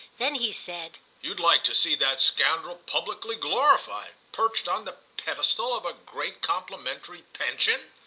then he said you'd like to see that scoundrel publicly glorified perched on the pedestal of a great complimentary pension?